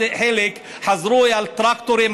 חלק חזרו על טרקטורים,